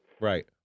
Right